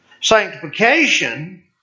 Sanctification